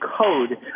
code